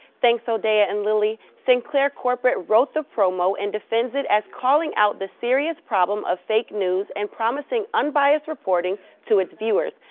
thanks odeya and lileana. sinclair corporate wrote the promo and defends it as calling out the serious problem of fake news and promising unbiased reporting to its viewers.